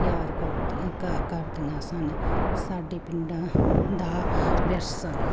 ਤਿਆਰ ਕਰਦਾ ਕ ਕਰਦੀਆਂ ਸਨ ਸਾਡੇ ਪਿੰਡਾਂ ਦਾ ਵਿਰਸਾ